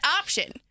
option